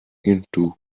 into